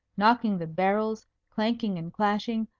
knocking the barrels, clanking and clashing,